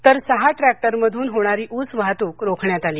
तर सहा ट्रक्टरमधून होणारी ऊस वाहतूक रोखण्यात आली